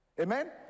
Amen